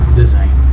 design